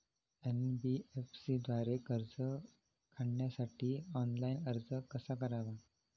NBFC द्वारे कर्ज काढण्यासाठी ऑनलाइन अर्ज कसा करावा?